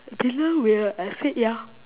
dinner will I said ya